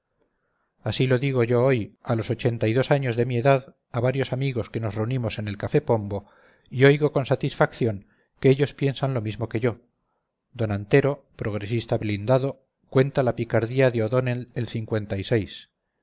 así lo digo yo hoy a los ochenta y dos años de mi edad a varios amigos que nos reunimos en el café de pombo y oigo con satisfacción que ellos piensan lo mismo que yo don antero progresista blindado cuenta la picardía de o'donnell el d